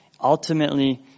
Ultimately